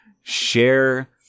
Share